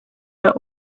met